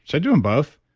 i do them both?